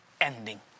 ending